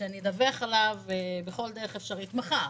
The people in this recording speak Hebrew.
שאני אדווח עליו בכל דרך אפשרית מחר.